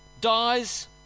dies